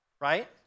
right